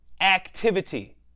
Activity